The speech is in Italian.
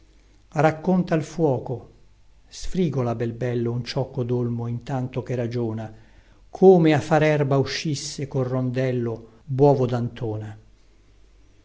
racconta al fuoco sfrigola bel bello un ciocco dolmo in tanto che ragiona come a far erba uscisse con rondello buovo dantona